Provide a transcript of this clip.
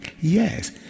Yes